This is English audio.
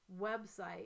website